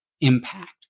impact